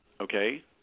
Okay